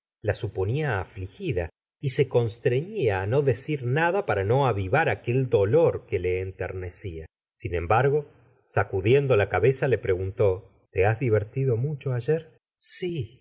la suponía afligida y se constreñía á no decir nada para no avivar la señora de bovary aquel dolor que le enternecía sin embargo sa cudiendo la cabeza le preguntó te has divertido mucho ayer si